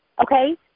okay